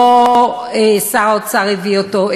לא שר האוצר הביא אותו,